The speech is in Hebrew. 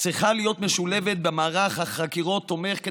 צריכה להיות משולבת במערך חקירות תומך,